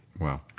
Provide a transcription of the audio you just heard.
Wow